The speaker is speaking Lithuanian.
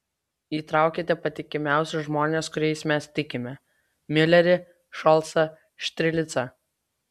įtraukite patikimiausius žmones kuriais mes tikime miulerį šolcą štirlicą